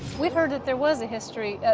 we've heard that there was a history,